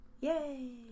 Yay